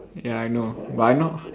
ya I know but I not